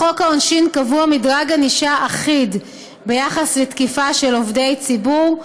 בחוק העונשין קבוע מדרג ענישה אחיד ביחס לתקיפה של עובדי ציבור,